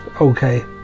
okay